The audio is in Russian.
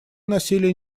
насилие